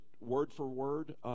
word-for-word